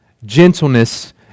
gentleness